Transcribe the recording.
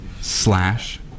slash